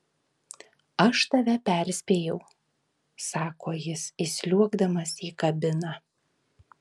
aš tave perspėjau sako jis įsliuogdamas į kabiną